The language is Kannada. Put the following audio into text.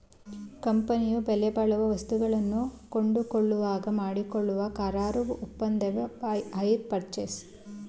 ಕಂಪನಿಯು ಬೆಲೆಬಾಳುವ ವಸ್ತುಗಳನ್ನು ಕೊಂಡುಕೊಳ್ಳುವಾಗ ಮಾಡಿಕೊಳ್ಳುವ ಕರಾರು ಒಪ್ಪಂದವೆ ಹೈರ್ ಪರ್ಚೇಸ್